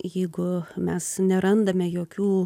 jeigu mes nerandame jokių